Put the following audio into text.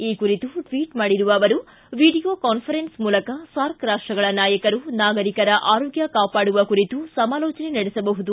ಈ ಕುರಿತು ಟ್ವೀಟ್ ಮಾಡಿರುವ ಅವರು ವಿಡಿಯೋ ಕಾನ್ಫರೆನ್ಸ್ ಮೂಲಕ ಸಾರ್ಕ್ ರಾಷ್ಷಗಳ ನಾಯಕರು ನಾಗರಿಕರ ಆರೋಗ್ಯ ಕಾಪಾಡುವ ಕುರಿತು ಸಮಾಲೋಚನೆ ನಡೆಸಬಹುದು